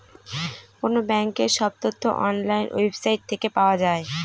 কোনো ব্যাঙ্কের সব তথ্য অনলাইন ওয়েবসাইট থেকে পাওয়া যায়